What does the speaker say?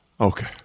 Okay